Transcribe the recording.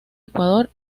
ecuador